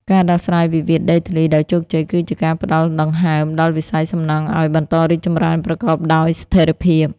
ការដោះស្រាយវិវាទដីធ្លីដោយជោគជ័យ គឺជាការផ្ដល់ "ដង្ហើម" ដល់វិស័យសំណង់ឱ្យបន្តរីកចម្រើនប្រកបដោយស្ថិរភាព។